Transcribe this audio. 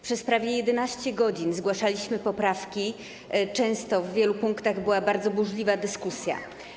Przez prawie 11 godzin zgłaszaliśmy poprawki, w wielu punktach była bardzo burzliwa dyskusja.